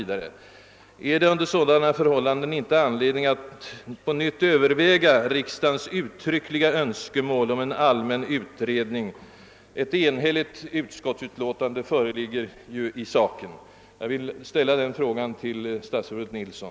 Finns det under sådana förhållanden inte anledning att på nytt överväga riksdagens uttryckliga önskemål om en' allmän utredning? Ett enhälligt utskottsutlåtande föreligger ju i saken! Jag vill ställa den frågan till statsrådet Nilsson.